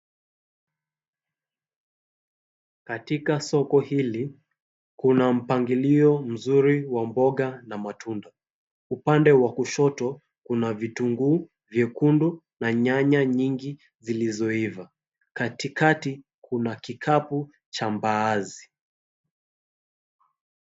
Katika soko hili kuna mpangilio mzuri wa mboga na matunda upande wa kushoto kuna vitunguu vyekundu na nyanya nyingi zilizoiva katikati kuna kikapu cha mbaazi.